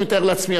אני מתאר לעצמי,